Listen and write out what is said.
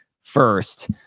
first